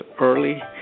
early